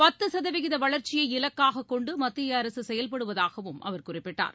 பத்து சதவீத வளர்ச்சியை இலக்காக கொண்டு மத்திய அரசு செயல்படுவதாகவும் அவர் குறிப்பிட்டார்